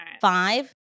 Five